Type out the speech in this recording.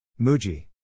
Muji